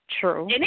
True